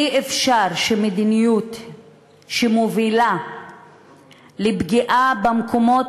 אי-אפשר שמדיניות שמובילה לפגיעה במקומות